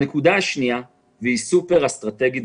הנקודה השנייה היא סופר אסטרטגית,